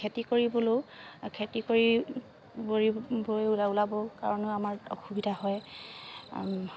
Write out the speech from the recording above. খেতি কৰিবলৈয়ো খেতি কৰি কৰি ওলাব কাৰণেও আমাৰ অসুবিধা হয়